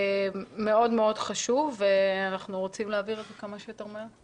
זה מאוד חשוב ואנחנו רוצים להעביר את זה כמה שיותר מהר.